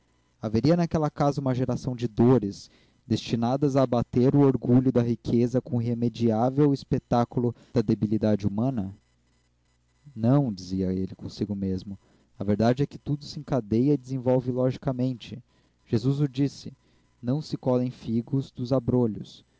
haveria naquela casa uma geração de dores destinadas a abater o orgulho da riqueza com o irremediável espetáculo da debilidade humana não dizia ele consigo mesmo a verdade é que tudo se encadeia e desenvolve logicamente jesus o disse não se colhem figos dos abrolhos